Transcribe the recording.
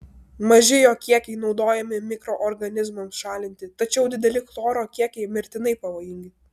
maži jo kiekiai naudojami mikroorganizmams šalinti tačiau dideli chloro kiekiai mirtinai pavojingi